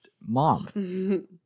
mom